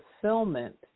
fulfillment